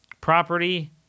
property